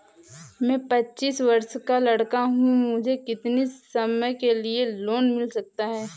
मैं पच्चीस वर्ष का लड़का हूँ मुझे कितनी समय के लिए लोन मिल सकता है?